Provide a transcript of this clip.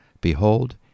behold